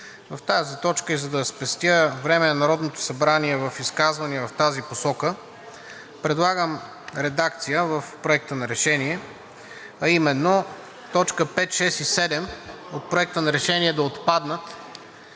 В тази точка и за да спестя време на Народното събрание за изказвания в тази посока, предлагам редакция в Проекта на решение, а именно: т. 5, 6 и 7 в Проекта на решение да отпаднат